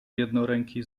jednoręki